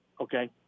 okay